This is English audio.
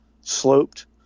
sloped